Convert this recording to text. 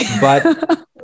But-